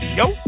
yo